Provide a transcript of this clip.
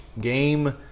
Game